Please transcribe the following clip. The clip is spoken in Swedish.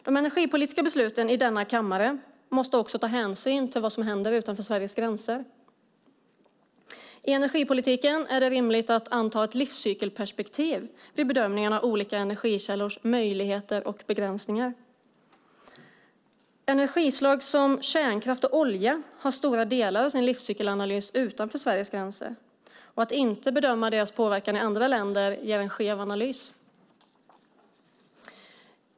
De energipolitiska besluten i denna kammare måste också ta hänsyn till vad som händer utanför Sveriges gränser. I energipolitiken är det rimligt att använda ett livscykelperspektiv vid bedömningen av olika energikällors möjligheter och begränsningar. Energislag som kärnkraft och olja har stora delar av sin livscykel utanför Sveriges gränser. Att inte bedöma deras påverkan i andra länder ger en skev analys.